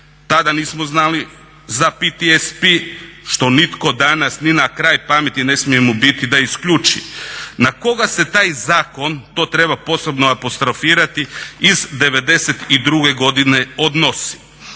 tada nismo znali za PTSP što nitko danas ni na kraj ne smije mu biti da isključi. Na koga se taj zakon, to treba posebno apostrofirati iz '92. godine odnosi?